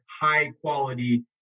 high-quality